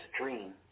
dream